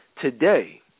Today